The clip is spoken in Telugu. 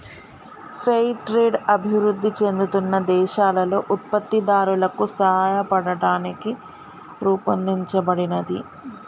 ఫెయిర్ ట్రేడ్ అభివృద్ధి చెందుతున్న దేశాలలో ఉత్పత్తిదారులకు సాయపడటానికి రూపొందించబడినది